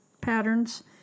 patterns